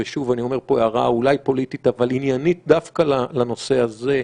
ושוב אני אומר פה הערה אולי פוליטית אבל עניינית דווקא לנושא הזה,